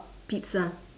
pizza